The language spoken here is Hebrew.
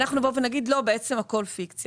אנחנו נבוא ונגיד: הכל פיקציה.